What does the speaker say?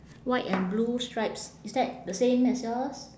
white and blue stripes is that the same as yours